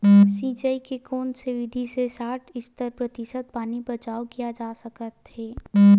सिंचाई के कोन से विधि से साठ सत्तर प्रतिशत पानी बचाव किया जा सकत हे?